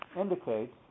indicates